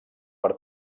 per